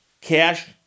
cash